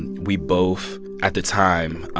and we both, at the time,